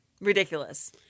Ridiculous